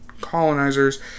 colonizers